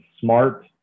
smart